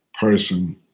person